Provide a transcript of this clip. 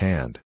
Hand